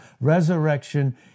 resurrection